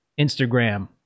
instagram